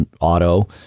Auto